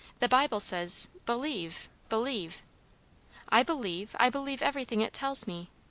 the bible says, believe believe i believe. i believe everything it tells me,